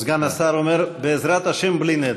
סגן השר אומר: בעזרת השם, בלי נדר.